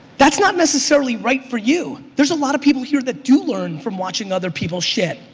that's not necessarily right for you. there's a lot of people here that do learn from watching other people's shit.